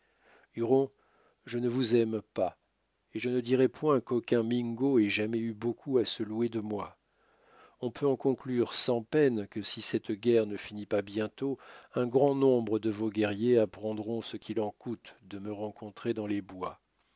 je ne vous aime pas et je ne dirai point qu'aucun mingo ait jamais eu beaucoup à se louer de moi on peut en conclure sans peine que si cette guerre ne finit pas bientôt un grand nombre de vos guerriers apprendront ce qu'il en coûte de me rencontrer dans les bois